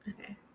okay